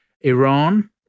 Iran